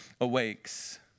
awakes